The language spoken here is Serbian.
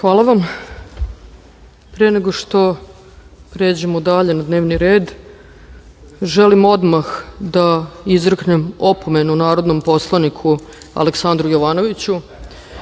Hvala vam. Pre nego što pređemo dalje na dnevni red, želim odmah da izreknem opomenu narodnom poslaniku Aleksandru Jovanoviću.(Aleksandar